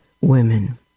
women